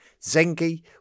Zengi